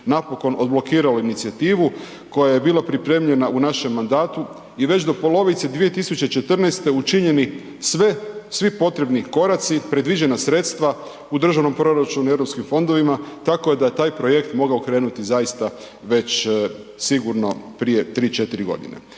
napokon odblokirali inicijativu koja je bila pripremljena u našem mandatu i već do polovice 2014. učinjeni sve, svi potrebni koraci, predviđena sredstva u državnom proračunu, europskim fondovima, tako da je taj projekt mogao krenuti zaista već sigurno prije 3, 4 godine.